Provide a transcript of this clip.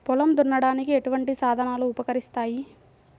పొలం దున్నడానికి ఎటువంటి సాధనాలు ఉపకరిస్తాయి?